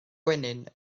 gwenyn